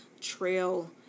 trail